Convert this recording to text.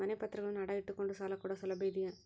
ಮನೆ ಪತ್ರಗಳನ್ನು ಅಡ ಇಟ್ಟು ಕೊಂಡು ಸಾಲ ಕೊಡೋ ಸೌಲಭ್ಯ ಇದಿಯಾ?